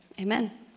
Amen